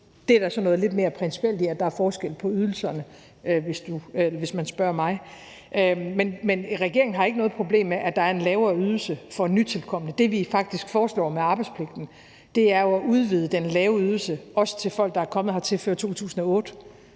der er noget lidt mere principielt i, at der er forskel på ydelserne, hvis man spørger mig. Men regeringen har ikke noget problem med, at der er en lavere ydelse for nytilkomne. Det, vi faktisk foreslår med arbejdspligten, er jo at udvide den lave ydelse til også at omfatte folk, der er kommet hertil før 2008.